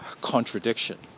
contradiction